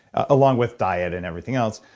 along with diet and everything else.